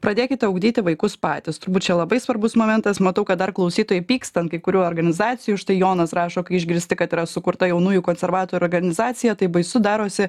pradėkite ugdyti vaikus patys turbūt čia labai svarbus momentas matau kad dar klausytojai pyksta ant kai kurių organizacijų štai jonas rašo kai išgirsti kad yra sukurta jaunųjų konservatorių organizacija tai baisu darosi